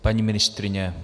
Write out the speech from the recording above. Paní ministryně?